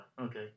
okay